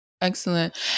excellent